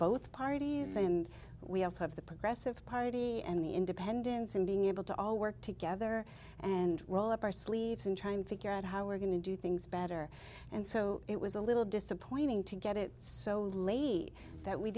both parties and we also have the progressive party and the independents and being able to all work together and roll up our sleeves and trying to figure out how we're going to do things better and so it was a little disappointing to get it so late that we